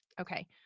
Okay